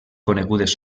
conegudes